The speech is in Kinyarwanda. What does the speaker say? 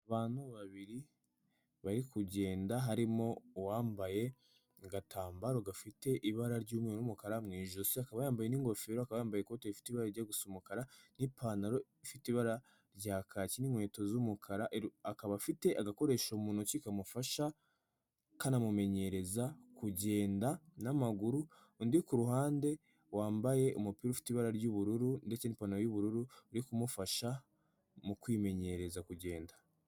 Abantu babiri bari kugenda harimo uwambaye agatambaro gafite ibara ry'umweru n'umukara mu ijosi, akaba yambaye n'ingofero akaba yambaye ikoti rifite ibara ry'umukara n'ipantaro ifite ibara rya kacyi n'inkweto z'umukara. Akaba afite agakoresho mu ntoki kamufasha, kanamumenyereza kugenda n'amaguru. Undi kuruhande wambaye umupira ufite ibara ry'ubururu ndetse n'ipantaro y'ubururu, uri kumufasha mu kwimenyereza kugenda.